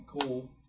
cool